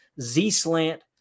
Z-slant